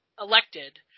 elected